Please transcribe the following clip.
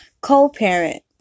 co-parent